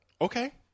okay